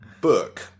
book